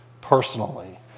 personally